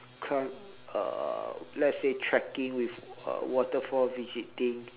come uh let's say trekking with uh waterfall visiting